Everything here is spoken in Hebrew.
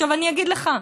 עכשיו אני אגיד לך,